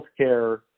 healthcare